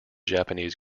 japanese